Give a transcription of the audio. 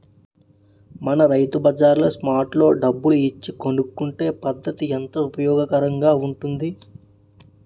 మన రైతు బజార్లో స్పాట్ లో డబ్బులు ఇచ్చి కొనుక్కునే పద్దతి ఎంతో ఉపయోగకరంగా ఉంటుంది